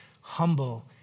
humble